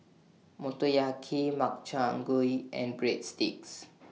Motoyaki Makchang Gui and Breadsticks